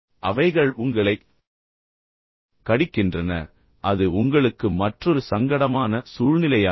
எனவே அவர்கள் உங்களைக் கடிக்கின்றன எனவே அது உங்களுக்கு மற்றொரு சங்கடமான சூழ்நிலையாகும்